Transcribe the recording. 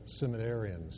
seminarians